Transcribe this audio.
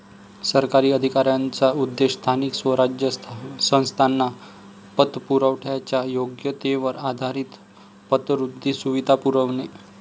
सरकारी अधिकाऱ्यांचा उद्देश स्थानिक स्वराज्य संस्थांना पतपुरवठ्याच्या योग्यतेवर आधारित पतवृद्धी सुविधा पुरवणे